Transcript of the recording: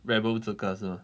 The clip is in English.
rebel 这个是 mah